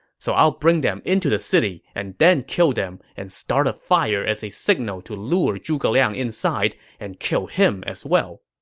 so i'll bring them into the city, and then kill them and start a fire as a signal to lure zhuge liang in and kill him as well.